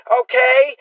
okay